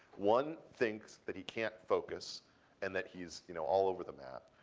one thinks that he can't focus and that he's you know all over the map,